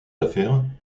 affaires